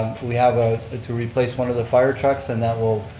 we have ah to replace one of the fire trucks and that will,